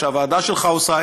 ושהוועדה שלך עושה,